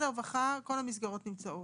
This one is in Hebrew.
כל המסגרות נמצאות,